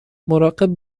مراقب